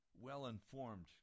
well-informed